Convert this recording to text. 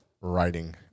writing